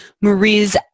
Marie's